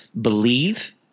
believe